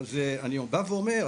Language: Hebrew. שוב אומר,